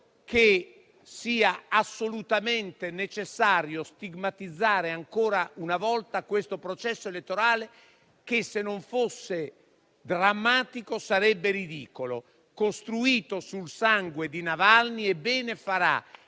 che sia assolutamente necessario stigmatizzare, ancora una volta, questo processo elettorale, che, se non fosse drammatico, sarebbe ridicolo, costruito sul sangue di Navalny. E bene farà